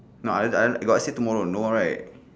no I I got say tomorrow no right